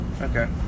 Okay